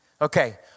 Okay